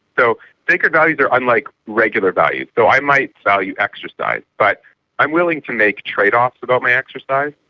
so sacred values are unlike regular values. so i might value exercise but i'm willing to make trade-offs about my exercise,